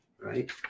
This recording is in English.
right